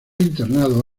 internado